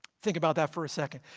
think about that for a second.